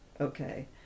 Okay